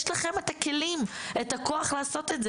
יש לכם את הכלים, את הכוח לעשות את זה.